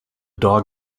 dog